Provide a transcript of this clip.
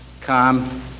Come